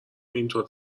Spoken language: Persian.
اینطور